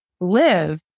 live